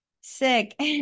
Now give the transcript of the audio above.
sick